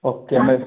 okay ma'am